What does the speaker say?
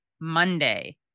Monday